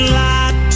light